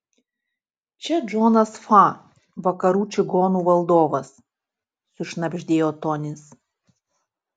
čia džonas fa vakarų čigonų valdovas sušnabždėjo tonis